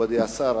מכובדי השר,